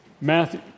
Matthew